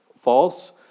false